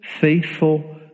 faithful